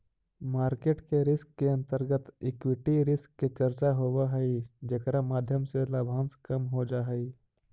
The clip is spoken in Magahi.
मार्केट रिस्क के अंतर्गत इक्विटी रिस्क के चर्चा होवऽ हई जेकरा माध्यम से लाभांश कम हो जा हई